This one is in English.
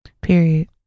Period